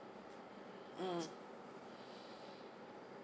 mm